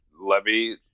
Levy